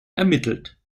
ermittelt